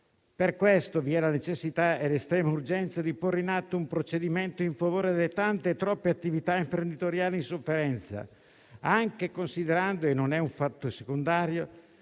Per questo vi è la necessità e l'estrema urgenza di porre in atto un procedimento in favore delle tante e troppe attività imprenditoriali in sofferenza, anche considerando - non è un fatto secondario